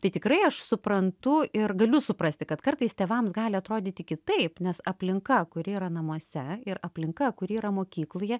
tai tikrai aš suprantu ir galiu suprasti kad kartais tėvams gali atrodyti kitaip nes aplinka kuri yra namuose ir aplinka kuri yra mokykloje